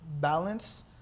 balance